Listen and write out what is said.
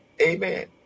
Amen